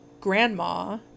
grandma